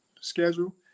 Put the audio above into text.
schedule